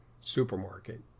supermarket